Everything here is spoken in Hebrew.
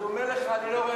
אני אומר לך, אני לא רואה.